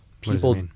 people